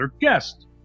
guest